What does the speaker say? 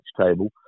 table